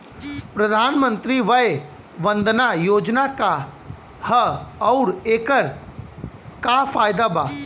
प्रधानमंत्री वय वन्दना योजना का ह आउर एकर का फायदा बा?